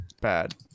Bad